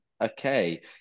Okay